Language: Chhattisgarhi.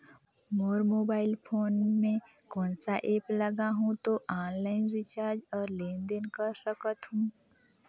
मोर मोबाइल फोन मे कोन सा एप्प लगा हूं तो ऑनलाइन रिचार्ज और लेन देन कर सकत हू?